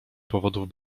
powodów